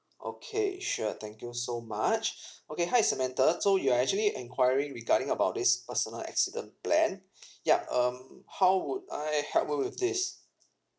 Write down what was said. okay sure thank you so much okay hi samantha so you are actually enquiring regarding about this personal accident plan yup um how would I help you with this